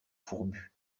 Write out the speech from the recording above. fourbus